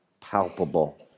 palpable